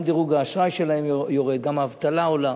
גם דירוג האשראי שלהן יורד, גם האבטלה עולה,